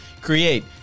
create